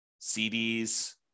CDs